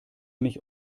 mich